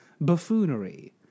buffoonery